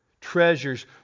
treasures